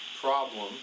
problem